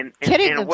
kidding